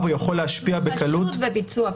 הוא יכול להשפיע בקלות --- הוא חשוד בביצוע פשע.